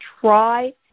try